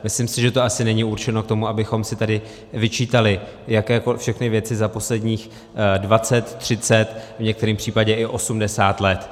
Myslím si, že to asi není určeno k tomu, abychom si tady vyčítali, jaké všechny věci za posledních dvacet, třicet, v některém případě i osmdesát let.